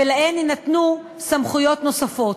ולהן יינתנו סמכויות נוספות.